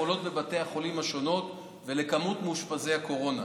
השונים ולמספר מאושפזי הקורונה,